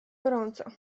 gorąco